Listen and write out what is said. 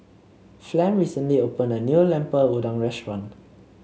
Flem recently opened a new Lemper Udang Restaurant